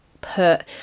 put